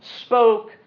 spoke